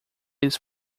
eles